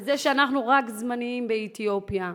וזה שאנחנו רק זמניים באתיופיה.